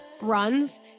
runs